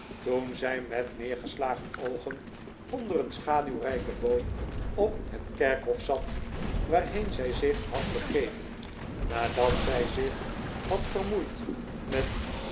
toen zij met neergeslagen oogen onder een schaduwrijken boom op het kerkhof zat waarheen zij zich had begeven nadat zij zich had vermoeid met